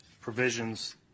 provisions